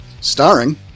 Starring